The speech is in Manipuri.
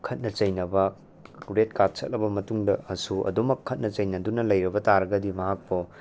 ꯈꯠꯅ ꯆꯩꯅꯕ ꯔꯦꯠ ꯀꯥ꯭ꯔꯗ ꯁꯠꯂꯕ ꯃꯇꯨꯡꯗꯁꯨ ꯑꯗꯨꯃꯛ ꯈꯠꯅ ꯆꯩꯅꯗꯨꯅ ꯂꯩꯔꯕ ꯇꯥꯔꯒꯗꯤ ꯃꯍꯥꯛꯄꯨ